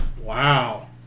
Wow